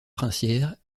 princière